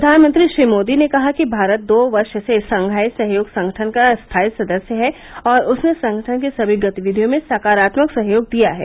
प्रधानमंत्री श्री मोदी ने कहा कि भारत दो वर्ष से शंघाई सहयोग संगठन का स्थाई सदस्य है और उसने संगठन की समी गतिविधियों में सकारात्मक सहयोग दिया है